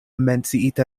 menciita